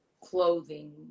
clothing